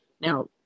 now